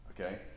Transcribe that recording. okay